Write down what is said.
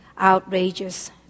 outrageous